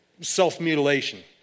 self-mutilation